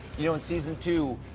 you know, in season two,